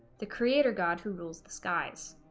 the creator god who rules the skies.